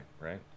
right